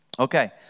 Okay